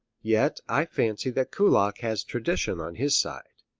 yet i fancy that kullak has tradition on his side.